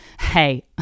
hey